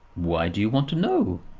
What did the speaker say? why do you want to know?